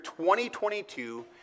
2022